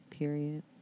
Period